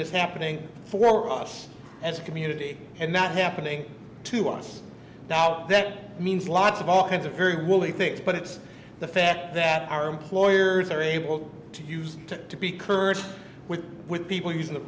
is happening for us as a community and not happening to us now that means lots of all kinds of very well he thinks but it's the fact that our employers are able to use to to be curt with with people using the